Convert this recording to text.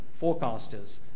forecasters